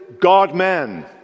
God-man